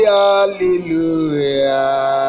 hallelujah